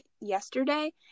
yesterday